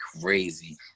crazy